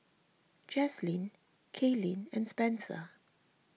Jaslene Kailyn and Spencer